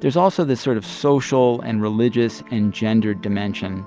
there's also this sort of social and religious and gendered dimension